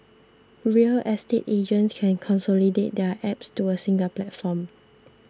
real estate agents can consolidate their apps to a single platform